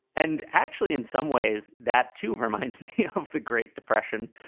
and actually, in some ways, that to her mind of the great depression,